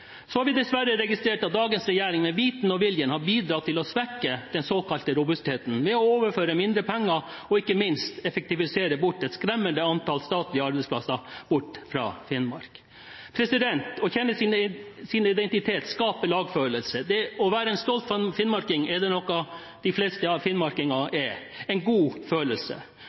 Så har vi dessverre registrert at dagens regjering med vitende og vilje har bidratt til å svekke den såkalte robustheten ved å overføre mindre penger og ikke minst effektivisere bort et skremmende antall statlige arbeidsplasser fra Finnmark. Å kjenne sin identitet skaper lagfølelse. De fleste finnmarkinger er stolte finnmarkinger – en god følelse.